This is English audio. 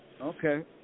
Okay